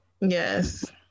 yes